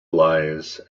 lies